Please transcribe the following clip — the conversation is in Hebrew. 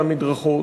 על המדרכות,